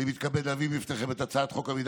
אני מתכבד להביא בפניכם את הצעת חוק המידע